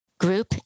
group